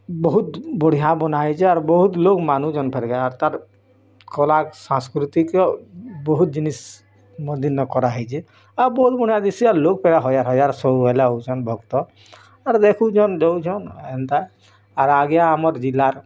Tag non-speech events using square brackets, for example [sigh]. ବହୁତ୍ ବଢ଼ିଆ ବନା ହେଇଚି ଆର୍ ବହୁତ୍ ଲୋକ୍ ମାନୁଛନ୍ତି [unintelligible] କଳା ସାଂସ୍କୃତିକ ବହୁତ୍ ଜିନିଷ୍ [unintelligible] କରାହେଇଛି ଆଉ ବହୁତ୍ ବଢ଼ିଆ ଦିସି ଆର୍ [unintelligible] ଲୋକ୍ ହଜାର୍ ହଜାର୍ ସବୁବେଳେ ଆଉଛନ୍ତି ଭକ୍ତ ଆର୍ ଦେଖୁଛନ୍ ଦଉଛନ୍ ଏନ୍ତା ଆର୍ ଆଗେ ଆମର୍ ଜିଲ୍ଲାର